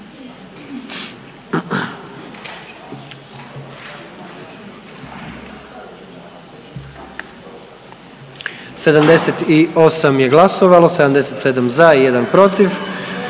78 je glasovalo, 77 za i 1 protiv